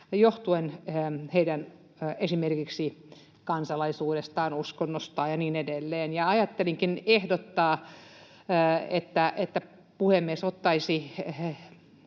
heidän kansalaisuudestaan, uskonnostaan ja niin edelleen. Ajattelinkin ehdottaa, että puhemies ottaisi